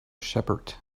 shepherd